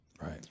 right